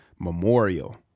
memorial